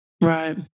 Right